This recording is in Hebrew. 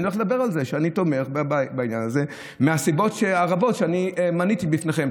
אני הולך לדבר על זה שאני תומך בעניין הזה מהסיבות הרבות שמניתי בפניכם.